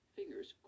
fingers